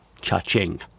cha-ching